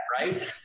right